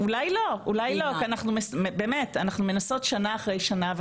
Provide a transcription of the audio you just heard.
אנחנו מנסות שנה אחרי שנה.